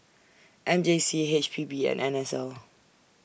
M J C H P B and N S L